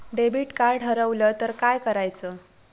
Debit card हरवल तर काय करायच?